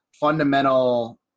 fundamental